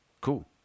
cool